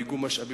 באיגום משאבים,